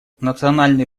национальные